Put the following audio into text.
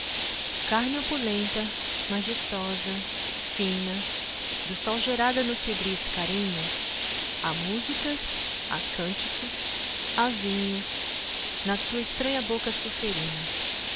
carne opulenta majestosa fina do sol gerada nos febris carinhos há músicas há cânticos há vinhos na tua estranha boca